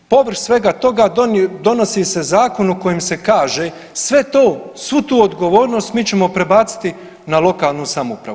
Povrh svega toga donosi se zakon u kojem se kaže sve to, svu tu odgovornost mi ćemo prebaciti na lokalnu samoupravu.